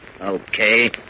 Okay